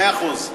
מאה אחוז.